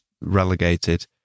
relegated